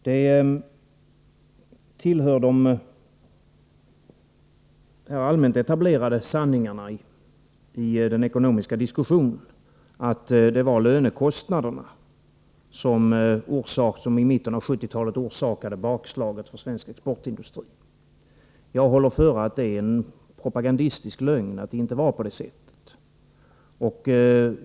Det tillhör de allmänt etablerade sanningarna i den ekonomiska diskussionen att det var lönekostnaderna som i mitten av 1970-talet orsakade bakslaget för svensk exportindustri. Jag håller före att detta är en propagandistisk lögn och att det alltså inte var på det sättet.